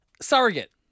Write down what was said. surrogate